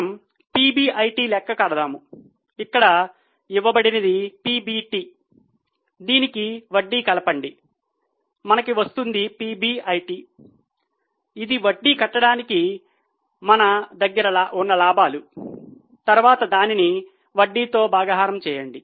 మనము PBIT లెక్క కడతాము మనకు ఇవ్వబడినది PBT దీనికి వడ్డీ కలపండి మనకు వస్తుంది PBIT ఇది వడ్డీ కట్టడానికి మన దగ్గర ఉన్నలాభాలు తర్వాత దానిని వడ్డీతో భాగాహారం చేయండి